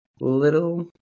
Little